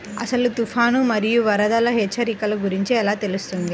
అసలు తుఫాను మరియు వరదల హెచ్చరికల గురించి ఎలా తెలుస్తుంది?